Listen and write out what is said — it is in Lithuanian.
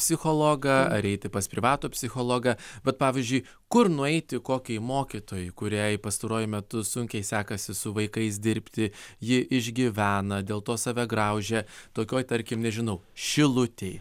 psichologą ar eiti pas privatų psichologą bet pavyzdžiui kur nueiti kokiai mokytojai kuriai pastaruoju metu sunkiai sekasi su vaikais dirbti ji išgyvena dėl to save graužia tokioj tarkim nežinau šilutėj